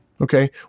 okay